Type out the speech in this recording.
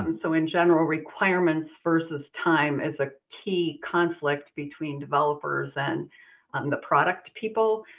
and so in general, requirements versus time is a key conflict between developers and um the product people.